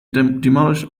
demolish